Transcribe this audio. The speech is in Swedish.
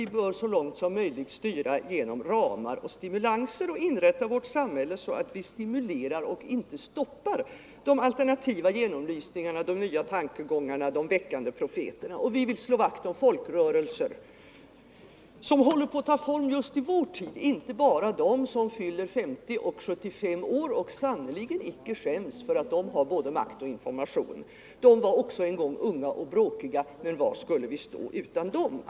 Vi bör så långt som möjligt styra via ramar och stimulanser och inrätta vårt samhälle så att vi stimulerar och inte stoppar de alternativa genomlysningarna, de nya tankegångarna, de väckande profeterna. Vi vill slå vakt om folkrörelser som håller på att ta form just i vår tid — inte bara dem som fyller 50 och 75 år och sannerligen icke skäms för att de har både makt och information. De var också en gång unga och bråkiga, men var skulle vi stå utan dem?